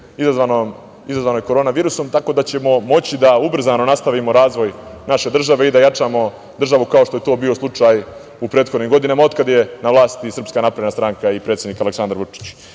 izazvanoj korona virusom, tako da ćemo moći da ubrzano nastavimo razvoj naše države i da jačamo državu kao što je to bio slučaju u prethodnim godinama od kada je na vlasti SNS i predsednik Aleksandar Vučić. Još